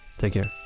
take care